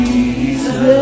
Jesus